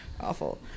awful